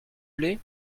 plait